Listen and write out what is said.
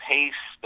Pace